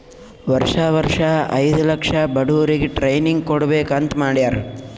ವರ್ಷಾ ವರ್ಷಾ ಐಯ್ದ ಲಕ್ಷ ಬಡುರಿಗ್ ಟ್ರೈನಿಂಗ್ ಕೊಡ್ಬೇಕ್ ಅಂತ್ ಮಾಡ್ಯಾರ್